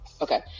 Okay